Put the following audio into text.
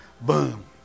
boom